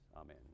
Amen